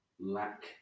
lack